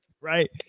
right